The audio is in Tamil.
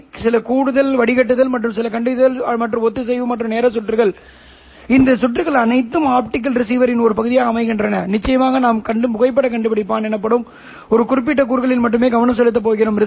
எனவே உள்ளூர் ஊசலாட்டத்தை ELO என எழுதலாம் இது ஒரு உள்ளூர் ஊசலாட்டமாகும் இந்த சமிக்ஞை அதன் அதிர்வெண் ωS மற்றும் அதன் கட்டம் θs ஆகியவற்றால் வகைப்படுத்தப்படும் சரி